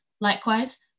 Likewise